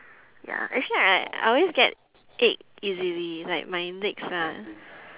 ya actually I I I always get ache easily like my legs ah